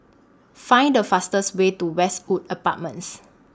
Find The fastest Way to Westwood Apartments